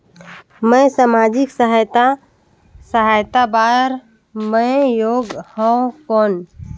मैं समाजिक सहायता सहायता बार मैं योग हवं कौन?